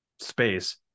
space